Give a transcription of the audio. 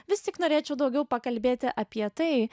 vis tik norėčiau daugiau pakalbėti apie tai